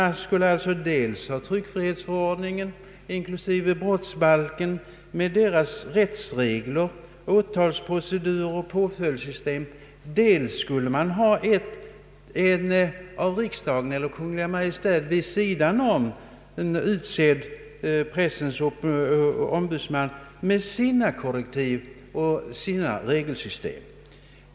Man skulle alltså då ha dels tryckfrihetsförordningen inklu sive brottsbalken med deras rättsregler, åtalsprocedur och påföljdssystem, dels en av riksdagen eller Kungl. Maj:t utsedd pressombudsman med sina korrektiv och sina regelsystem.